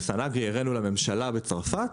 ב- SunAgri, הראנו לממשלה בצרפת